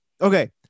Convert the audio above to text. okay